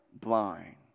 blind